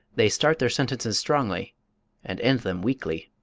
they start their sentences strongly and end them weakly.